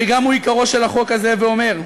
שגם הוא עיקרו של החוק הזה, ואומרת: